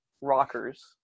rockers